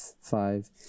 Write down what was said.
five